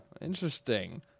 Interesting